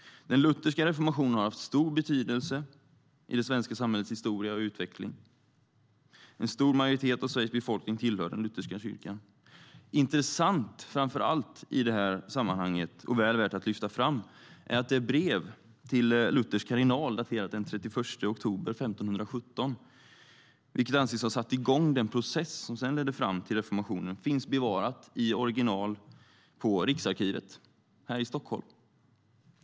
Den lutherska reformationen har haft stor betydelse i det svenska samhällets historia och utveckling. En stor majoritet av Sveriges befolkning tillhör den lutherska kyrkan. Framför allt intressant i det här sammanhanget, och väl värt att lyfta fram, är att det brev till Luthers kardinal, daterat den 31 oktober 1517, vilket anses ha satt igång den process som sedan ledde fram till reformationen, finns bevarat i original på Riksarkivet här i Stockholm.